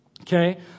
Okay